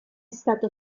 stato